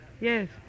Yes